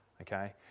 Okay